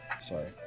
Sorry